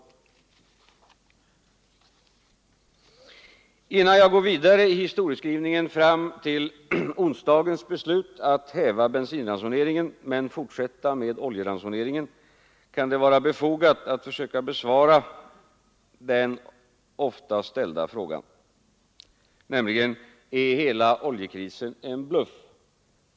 MMM Innan jag går vidare i historieskrivningen fram till onsdagens beslut att Allmänpolitisk häva bensinransoneringen men fortsätta med oljeransoneringen kan det debatt vara befogat att försöka besvara den ofta ställda frågan: Är hela oljekrisen en bluff?